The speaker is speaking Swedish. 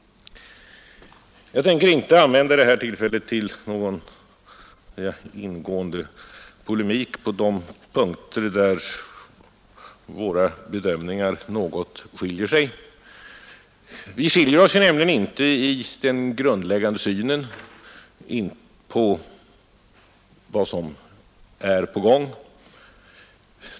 Jag tänker inte använda detta tillfälle till någon ingående polemik på de punkter där våra bedömningar något skiljer sig. Vi skiljer oss nämligen inte i den grundläggande synen på vad som är på gång.